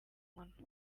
muntu